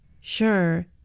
sure